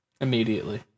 immediately